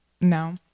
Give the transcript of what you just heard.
No